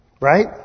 Right